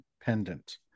pendant